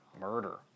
murder